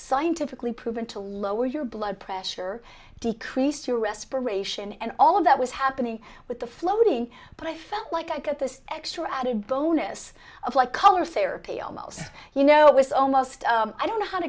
scientifically proven to lower your blood pressure decrease your respiration and all of that was happening with the floating but i felt like i got this extra added bonus of like color therapy almost you know it was almost i don't know how to